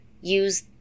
use